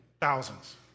thousands